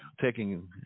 taking